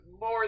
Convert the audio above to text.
more